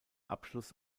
abschluss